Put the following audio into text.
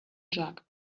jug